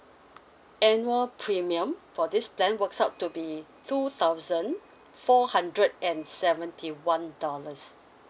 annual premium for this plan works out to be two thousand four hundred and seventy one dollars